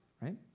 right